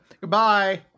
Goodbye